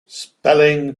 spelling